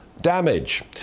damage